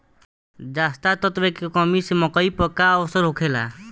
जस्ता तत्व के कमी से मकई पर का असर होखेला?